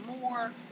more